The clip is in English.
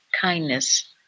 Kindness